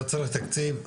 אתה צריך תקציב?